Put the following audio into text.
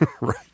right